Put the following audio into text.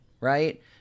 right